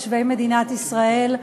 תושבי מדינת ישראל,